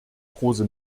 große